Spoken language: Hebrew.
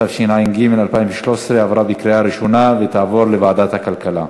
התשע"ג 2013 עברה בקריאה ראשונה ותעבור לוועדת הכלכלה.